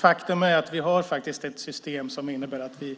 Faktum är att vi faktiskt har ett system som innebär att vi